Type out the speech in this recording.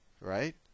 right